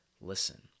listen